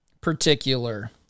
particular